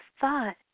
thought